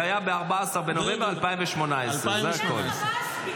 זה היה ב-14 בנובמבר 2018. זה הכול.